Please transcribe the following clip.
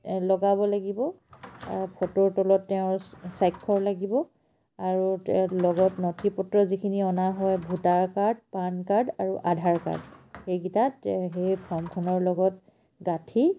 লগাব লাগিব ফটোৰ তলত তেওঁৰ স্বাক্ষৰ লাগিব আৰু তেওঁৰ লগত নথি পত্ৰ যিখিনি অনা হয় ভোটাৰ কাৰ্ড পান কাৰ্ড আৰু আধাৰ কাৰ্ড সেইকেইটা সেই ফৰ্মখনৰ লগত গাঁঠি